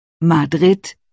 Madrid